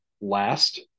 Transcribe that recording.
last